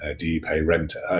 ah do you pay rent at